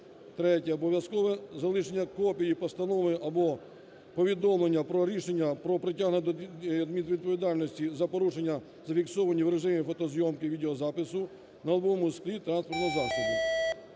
Третє. Обов'язкове залишення копії постанови або повідомлення про рішення про притягнення до адмінвідповідальності за порушення, зафіксовані в режимі фотозйомки, відеозапису, на лобовому склі транспортного засобу.